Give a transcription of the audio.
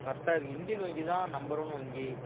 கரெக்டாக இருக்குது இந்தியன் வங்கி தான் நம்பர் ஒன் வங்கி